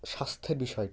স্বাস্থ্যের বিষয়টি